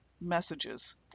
messages